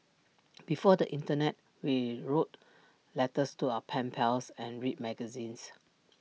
before the Internet we wrote letters to our pen pals and read magazines